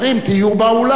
תהיו באולם,